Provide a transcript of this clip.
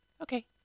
okay